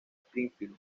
springfield